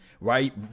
right